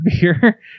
beer